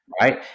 right